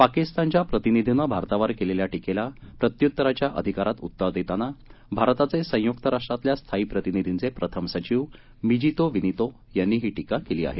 पाकिस्तानच्या प्रतिनिधीनं भारतावर केलेल्या टीकेला प्रत्यूत्तराच्या अधिकारात उत्तर देताना भारताचे संयुक्त राष्ट्रातल्या स्थायी प्रतिनिधींचे प्रथम सचिव मिजीतो विनितो यांनी ही टीका केली आहे